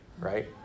right